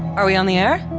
are we on the air?